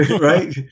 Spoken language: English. right